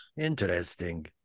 Interesting